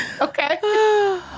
Okay